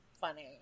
funny